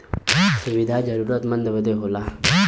सुविधा जरूरतमन्द बदे होला